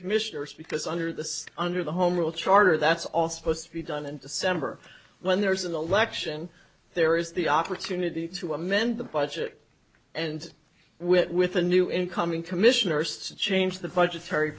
commissioners because under the under the home rule charter that's all supposed to be done in december when there's an election there is the opportunity to amend the budget and with with a new incoming commissioners change the budgetary